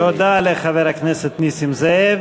תודה לחבר הכנסת נסים זאב.